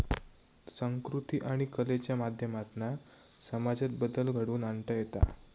संकृती आणि कलेच्या माध्यमातना समाजात बदल घडवुन आणता येता